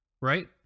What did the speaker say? Right